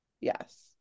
Yes